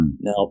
Now